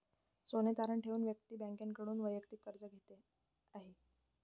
सोने तारण ठेवून व्यक्ती बँकेकडून वैयक्तिक कर्ज घेत आहे